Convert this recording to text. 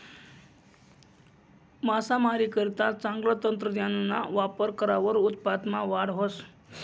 मासामारीकरता चांगलं तंत्रज्ञानना वापर करावर उत्पादनमा वाढ व्हस